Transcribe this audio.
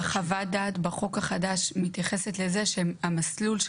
חוות הדעת בחוק החדש מתייחסת לזה שהמסלול של